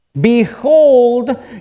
Behold